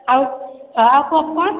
ଆଉ ଆଉ ପପ୍କର୍ନ୍